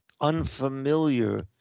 unfamiliar